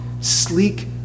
sleek